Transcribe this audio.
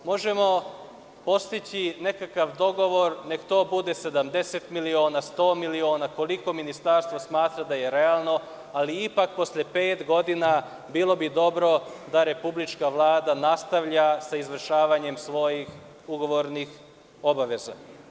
Možemo postići nekakav dogovor, neka to bude 70, 100 miliona, koliko Ministarstvo smatra da je realno, ali ipak posle pet godina bilo bi dobro da Vlada nastavlja sa izvršavanjem svojih ugovornih obaveza.